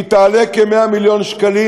היא תעלה כ-100 מיליון שקלים,